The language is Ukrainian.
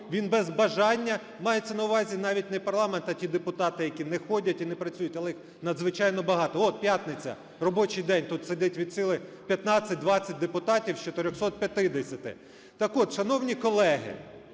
він без бажання… Мається на увазі навіть не парламент, а ті депутати, які не ходять і не працюють, але їх надзвичайно багато. От п'ятниця, робочий день, тут сидить від сили 15-20 депутатів з 450-ти. Так от, шановні колеги,